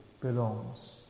belongs